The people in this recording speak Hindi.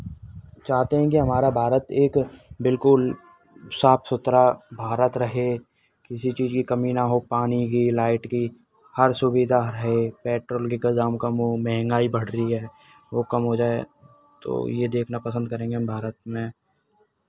चाहते हैं कि हमारा भारत एक बिल्कुल साफ सुथरा भारत रहे किसी चीज़ की कमी ना हो पानी की लाइट की हर सुविधा रहे पेट्रोल की का दाम कम हो मंहगाई बढ़ रही है तो वो कम हो जाय तो ये देखना पसंद करेंगे हम भारत में